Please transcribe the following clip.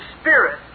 Spirit